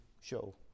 show